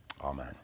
Amen